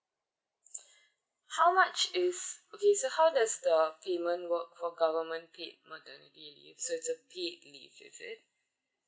how much is okay so how does the payment work for government paid maternity leave so is a paid leave is it